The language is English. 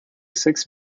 six